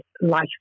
life